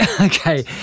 okay